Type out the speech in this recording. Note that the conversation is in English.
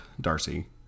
Darcy